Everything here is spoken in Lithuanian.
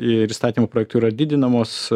ir įstatymų projektu yra didinamos